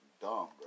dumb